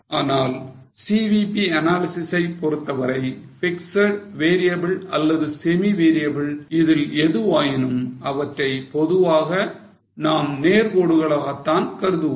ஆனால் CVP analysis ஐ பொறுத்தவரை fixed variable அல்லது semi variable இதில் எதுவாயினும் அவற்றை பொதுவாக நாம் நேர் கோடுகளாக தான் கருதுவோம்